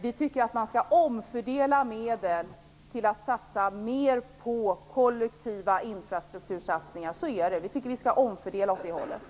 Vi tycker att man skall omfördela medel så att det satsas mera på kollektiv infrastruktur. Vi vill omfördela på det sättet.